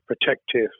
protective